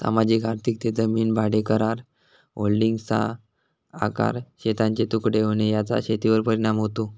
सामाजिक आर्थिक ते जमीन भाडेकरार, होल्डिंग्सचा आकार, शेतांचे तुकडे होणे याचा शेतीवर परिणाम होतो